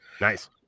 Nice